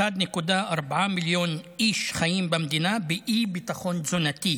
1.4 מיליון איש חיים במדינה באי-ביטחון תזונתי,